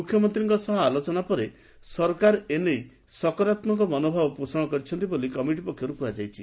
ମୁଖ୍ୟମନ୍ତୀଙ୍କ ସହ ଆଲୋଚନା ପରେ ସରକାର ଏ ନେଇ ସକରାତ୍କକ ମନୋଭାବ ପୋଷଣ କରିଛନ୍ତି ବୋଲି କମିଟି ପକ୍ଷର୍ କୁହାଯାଇଛି